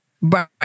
right